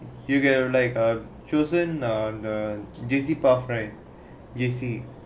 you get uh like uh chosen the J_C path right J_C